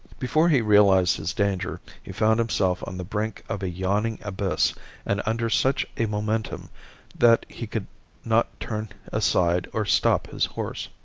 before he realized his danger he found himself on the brink of a yawning abyss and under such a momentum that he could not turn aside or stop his horse.